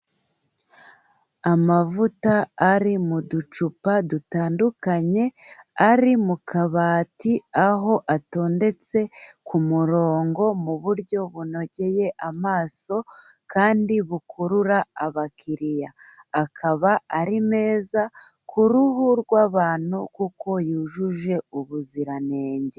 Amavuta ari mu ducupa dutandukanye, ari mu kabati, aho atondetse ku murongo mu buryo bunogeye amaso kandi bukurura abakiriya. Akaba ari meza ku ruhu rw'abantu, kuko yujuje ubuziranenge.